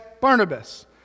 Barnabas